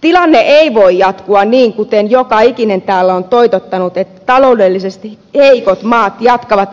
tilanne ei voi jatkua niin kuten joka ikinen täällä on toitottanut että taloudellisesti heikot maat jatkavat